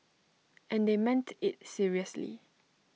and they meant IT seriously